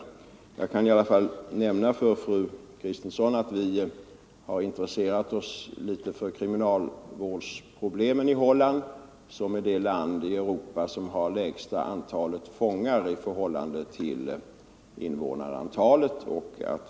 Men jag kan i alla fall nämna för fru Kristensson att vi har intresserat oss litet för kriminalvårdsproblemen i Holland, som är det land i Europa som har det lägsta antalet fångar i förhållande till invånarantalet.